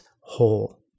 whole